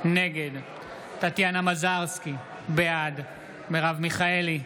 נגד טטיאנה מזרסקי, בעד מרב מיכאלי,